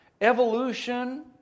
evolution